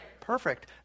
Perfect